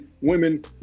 women